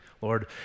Lord